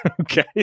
Okay